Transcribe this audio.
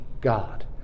God